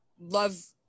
love